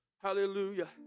Hallelujah